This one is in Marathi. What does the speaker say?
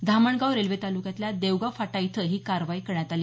धामणगाव रेल्वे तालुक्यातील देवगाव फाटा इथं ही कारवाई करण्यात आली